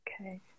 Okay